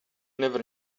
never